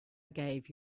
gave